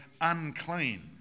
unclean